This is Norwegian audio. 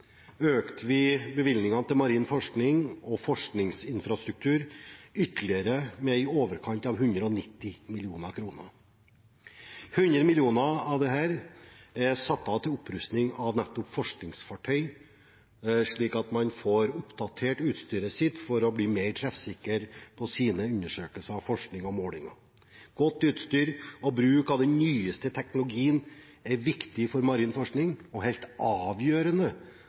økte vi bevilgningene til marin forskning og forskningsinfrastruktur ytterligere, med i overkant av 190 mill. kr. 100 mill. kr av disse er satt av til opprustning av nettopp forskningsfartøy, slik at man får oppdatert utstyret sitt for å bli mer treffsikker i undersøkelser, forskning og målinger. Godt utstyr og bruk av den nyeste teknologien er viktig for marin forskning og helt avgjørende